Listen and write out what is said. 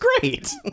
great